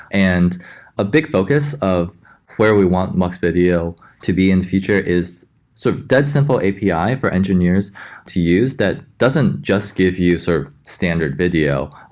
and a big focus of where we want mux video to be in the future is so dead simple api for engineers to use, that doesn't just give you sort of standard video,